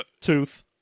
tooth